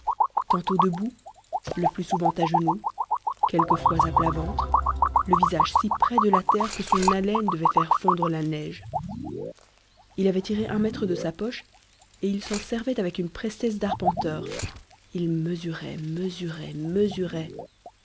tantôt debout le plus souvent à genoux quelquefois à plat ventre le visage si près de terre que son haleine devait faire fondre la neige il avait tiré un mètre de sa poche et il s'en servait avec une prestesse d'arpenteur il mesurait mesurait mesurait